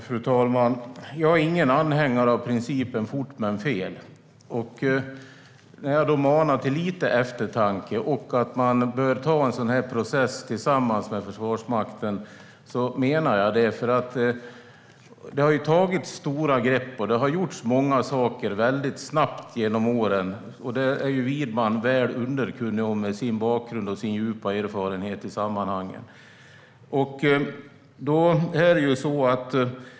Fru talman! Jag är ingen anhängare av principen fort men fel. När jag manar till lite eftertanke och att man bör ta en sådan process tillsammans med Försvarsmakten menar jag det. Det har tagits stora grepp och det har gjorts stora saker väldigt snabbt genom åren. Detta är Widman, med sin bakgrund och sin djupa erfarenhet i sammanhanget, väl underkunnig om.